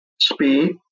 speed